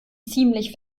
ziemlich